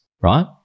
right